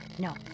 no